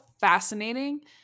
fascinating